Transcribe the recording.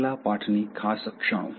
છેલ્લા પાઠની ખાસ ક્ષણો